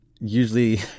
usually